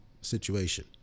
situation